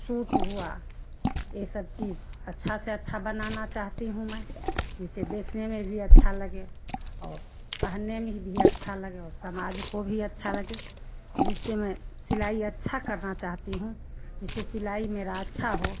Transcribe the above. suit हुआ ये सब चीज अच्छा से अच्छा बनाना चाहती हूँ मैं जिससे देखने में भी अच्छा लगे और पहनने में भी अच्छा लगे और समाज को भी अच्छा लगे जिससे मैं सिलाई अच्छा करना चाहती हूँ जिससे सिलाई मेरा अच्छा हो